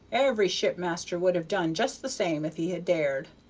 every shipmaster would have done just the same if he had dared,